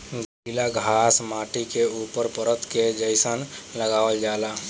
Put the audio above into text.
गिला घास माटी के ऊपर परत के जइसन लगावल जाला